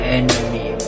enemy